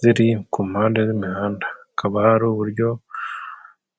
ziri ku mpande y'imihanda, akaba ari uburyo